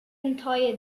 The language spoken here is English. entire